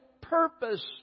purpose